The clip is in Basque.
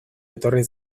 etorri